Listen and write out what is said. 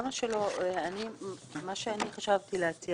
מה שאני חשבתי להציע